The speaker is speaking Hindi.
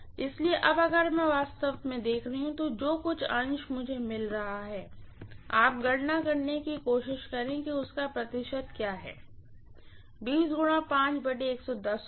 इसलिए अब अगर मैं वास्तव में देख रही हूँ कि जो कुछ अंश मुझे मिल रहा है आप गणना करने की कोशिश करें कि उसका प्रतिशत क्या है यह होगा